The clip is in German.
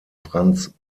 franz